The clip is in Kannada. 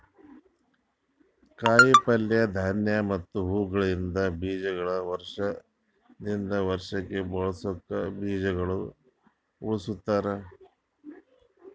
ಕಾಯಿ ಪಲ್ಯ, ಧಾನ್ಯ ಮತ್ತ ಹೂವುಗೊಳಿಂದ್ ಬೀಜಗೊಳಿಗ್ ವರ್ಷ ದಿಂದ್ ವರ್ಷಕ್ ಬಳಸುಕ್ ಬೀಜಗೊಳ್ ಉಳುಸ್ತಾರ್